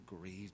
grieved